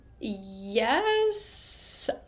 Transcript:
yes